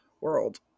world